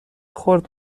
خرد